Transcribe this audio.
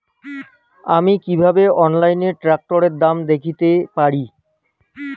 আমি কিভাবে অনলাইনে ট্রাক্টরের দাম দেখতে পারি?